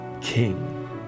king